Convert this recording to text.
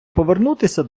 повернутися